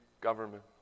government